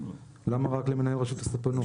למה רק למנהל רשות הספנות?